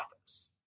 office